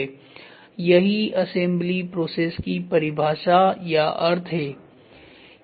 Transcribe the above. यही assembly process की परिभाषा या अर्थ है